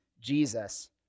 Jesus